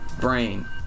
brain